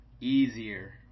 easier